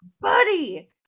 buddy